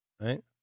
right